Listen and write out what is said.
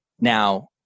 now